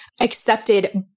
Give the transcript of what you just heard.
accepted